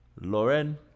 Lauren